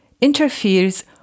interferes